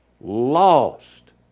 lost